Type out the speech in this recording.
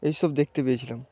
এইসব দেখতে পেয়েছিলাম